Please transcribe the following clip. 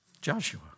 Joshua